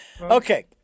Okay